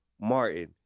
Martin